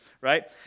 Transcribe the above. right